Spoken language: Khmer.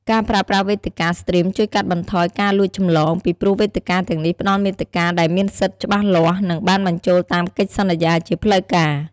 ការប្រើប្រាស់វេទិកាស្ទ្រីមជួយកាត់បន្ថយការលួចចម្លង ពីព្រោះវេទិកាទាំងនេះផ្តល់មាតិកាដែលមានសិទ្ធិច្បាស់លាស់ និងបានបញ្ចូលតាមកិច្ចសន្យាជាផ្លូវការ។